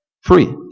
Free